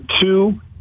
two